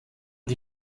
die